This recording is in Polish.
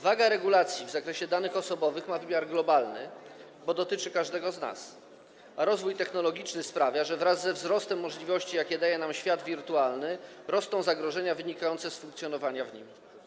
Waga regulacji w zakresie danych osobowych ma wymiar globalny, bo dotyczy każdego z nas, a rozwój technologiczny sprawia, że wraz ze wzrostem możliwości, jakie daje nam świat wirtualny, rosną zagrożenia wynikające z funkcjonowania w nim.